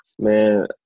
Man